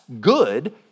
good